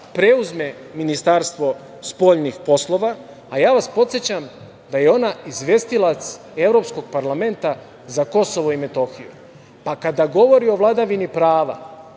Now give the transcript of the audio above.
preuzme Ministarstvo spoljnih poslova. Ja vas podsećam da je ona izvestilac Evropskog parlamenta za Kosovo i Metohiju, pa kada govori o vladavini prava